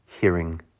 hearing